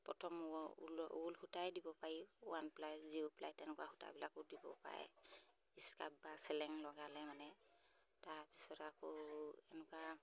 প্ৰথম wool wool সূতাই দিব পাৰি ওৱান প্লাই জিৰ' প্লাই তেনেকুৱা সূতাবিলাকো দিব পাৰে স্কাৰ্ফ বা চেলেং লগালে মানে তাৰপিছত আকৌ এনেকুৱা